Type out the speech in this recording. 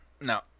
no